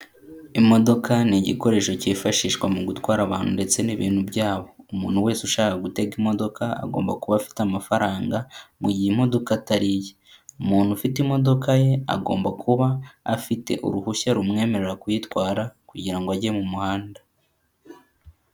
Imodoka ni igikoresho cyifashishwa mu gutwara abantu ndetse n'ibintu byabo, umuntu wese ushaka gutega imodoka agomba kuba afite amafaranga mu gihe modoka atari iye, umuntu ufite imodoka ye agomba kuba afite uruhushya rumwemerera kuyitwara kugirango ajye mu muhanda.